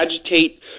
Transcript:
agitate